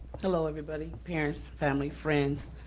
hello, everybody, parents, family, friends,